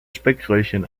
speckröllchen